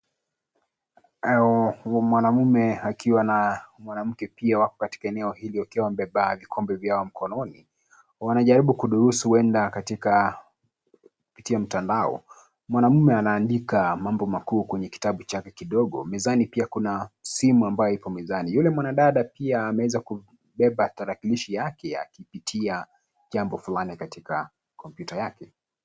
Mwanaume akiwa na mwanamke pia wako katika eneo hili, wakiwa wamebeba vikombe vyao mkononi. Wanajaribu kudurusu huenda katika kupitia mtandao. Mwanaume anaandika mambo makuu kwenye kitabu chake kidogo. Mezani pia kuna simu ambayo iko mezani. Yule mwanadada pia ameweza kubeba tarakilishi yake, akipitia jambo fulani katika kompyuta yake.